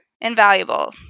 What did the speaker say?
invaluable